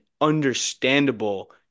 understandable